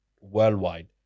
Worldwide